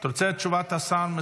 אתה מסתפק בתשובת השר?